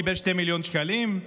קיבל 2 מיליון שקלים?